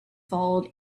followed